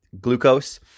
glucose